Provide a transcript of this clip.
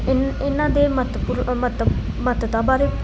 ਇਨ ਇਹਨਾਂ ਦੇ ਮਹੱਤਵਪੂਰ ਮਹੱਤਵ ਮਹੱਤਤਾ ਬਾਰੇ